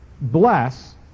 Bless